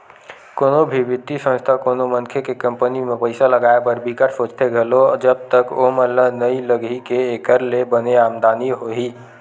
कोनो भी बित्तीय संस्था कोनो मनखे के कंपनी म पइसा लगाए बर बिकट सोचथे घलो जब तक ओमन ल नइ लगही के एखर ले बने आमदानी होही